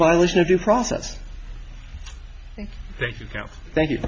violation of due process thank you